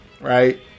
right